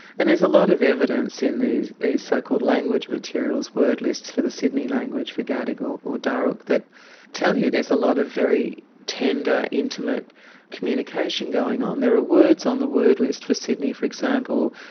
and there's a lot of evidence in these these so-called language materials, wordlists for the sydney language, for gadigal or dharug, that tell you there's a lot of very tender, intimate communication going on. there are words on the wordlist for sydney, for example,